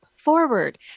forward